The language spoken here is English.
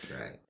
Right